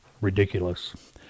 Ridiculous